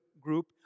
group